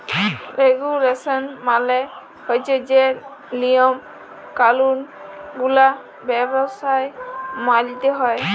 রেগুলেসল মালে হছে যে লিয়ম কালুল গুলা ব্যবসায় মালতে হ্যয়